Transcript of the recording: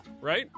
right